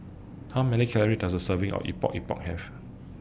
How Many Calories Does A Serving of Epok Epok Have